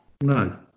No